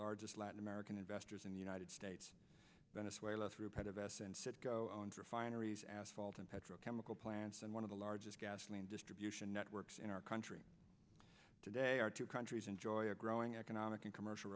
largest latin american investors in the united states venezuela through part of s and said go and refineries asphalt and petrochemical plants and one of the largest gasoline distribution networks in our country today our two countries enjoy a growing economic and commercial